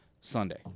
Sunday